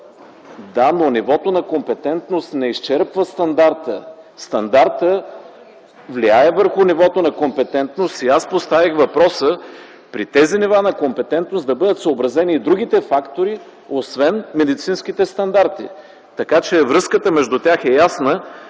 Да, но нивото на компетентност не изчерпва стандарта. Стандартът влияе върху нивото на компетентност. Аз поставих въпроса при тези нива на компетентност да бъдат съобразени и другите фактори, освен медицинските стандарти. Така че връзката между тях е ясна,